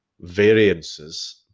variances